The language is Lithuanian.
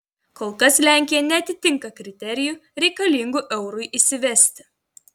kol kas lenkija neatitinka kriterijų reikalingų eurui įsivesti